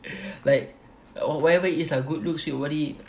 like uh whatever it is lah good looks fit body